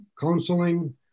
counseling